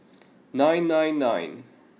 nine nine nine